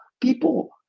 people